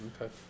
Okay